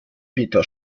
beta